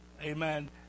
Amen